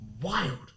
Wild